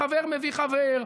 בחבר מביא חבר.